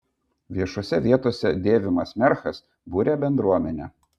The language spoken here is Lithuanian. viešose vietose dėvimas merchas buria bendruomenę